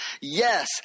yes